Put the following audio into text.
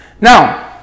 Now